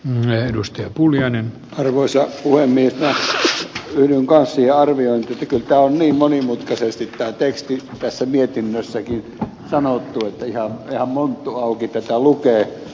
minä yhdyn kanssa siihen arviointiin että kyllä tämä teksti on niin monimutkaisesti tässä mietinnössäkin sanottu että ihan monttu auki tätä lukee